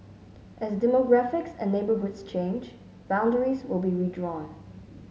as demographics and neighbourhoods change boundaries will be redrawn